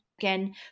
again